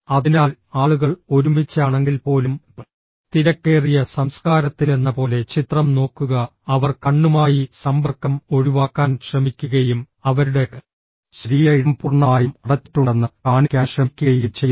അതിനാൽ ആളുകൾ ഒരുമിച്ചാണെങ്കിൽപ്പോലും തിരക്കേറിയ സംസ്കാരത്തിലെന്നപോലെ ചിത്രം നോക്കുക അവർ കണ്ണുമായി സമ്പർക്കം ഒഴിവാക്കാൻ ശ്രമിക്കുകയും അവരുടെ ശരീര ഇടം പൂർണ്ണമായും അടച്ചിട്ടുണ്ടെന്ന് കാണിക്കാൻ ശ്രമിക്കുകയും ചെയ്യുന്നു